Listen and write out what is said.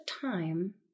time